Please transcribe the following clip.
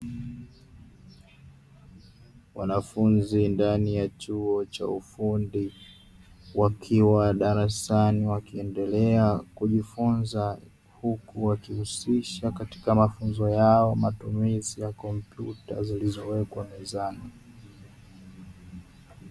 Wanafunzi ndani ya chuo cha ufundi wakiwa darasani wakiendelea kujifunza, huku wakihusisha katika mafunzo yao matumizi ya kompyuta zilizowekwa mezani.